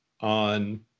on